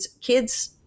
kids